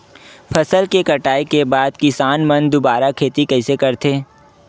फसल के कटाई के बाद किसान मन दुबारा खेती कइसे करथे?